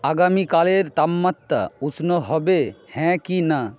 আগামীকালের তাপমাত্রা উষ্ণ হবে হ্যাঁ কি না